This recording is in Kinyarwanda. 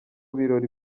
birori